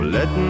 Let